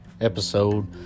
episode